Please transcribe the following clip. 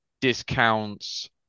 discounts